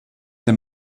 dem